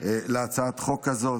להצעת החוק הזאת.